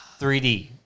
3D